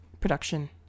production